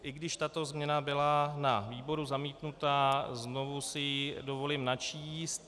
I když tato změna byla na výboru zamítnuta, znovu si ji dovolím načíst.